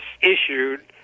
issued